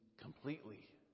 completely